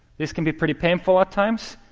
this can get pretty painful at times.